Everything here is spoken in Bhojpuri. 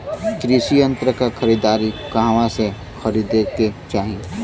कृषि यंत्र क खरीदारी कहवा से खरीदे के चाही?